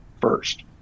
first